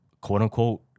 quote-unquote